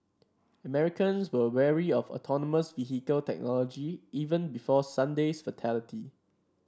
Americans were wary of autonomous vehicle technology even before Sunday's fatality